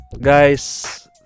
guys